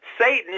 Satan